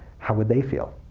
how would they feel?